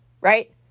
right